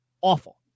awful